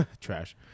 trash